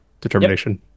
determination